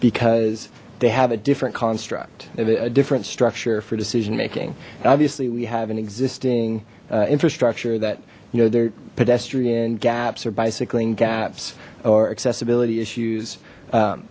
because they have a different construct a different structure for decision making and obviously we have an existing infrastructure that you know they're pedestrian gaps or bicycling gaps or accessibility issues